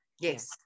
Yes